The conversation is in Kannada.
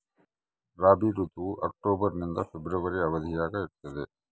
ರಾಬಿ ಋತುವು ಅಕ್ಟೋಬರ್ ನಿಂದ ಫೆಬ್ರವರಿ ಅವಧಿಯಾಗ ಇರ್ತದ